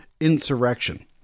insurrection